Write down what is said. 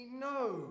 no